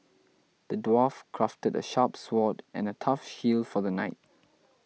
the dwarf crafted a sharp sword and a tough shield for the knight